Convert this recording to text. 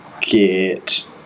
get